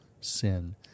sin